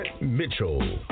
Mitchell